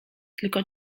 tylko